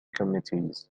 committees